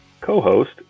co-host